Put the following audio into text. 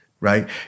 right